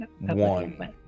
one